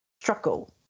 struggle